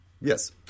yes